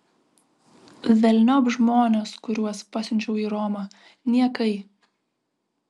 velniop žmones kuriuos pasiunčiau į romą niekai